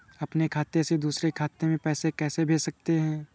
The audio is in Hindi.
अपने खाते से दूसरे खाते में पैसे कैसे भेज सकते हैं?